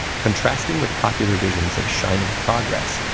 contrasting with popular visions of shining progress,